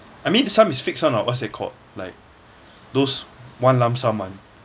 I mean some is fixed [one] oh what's that called like those one lump sum one